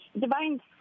divine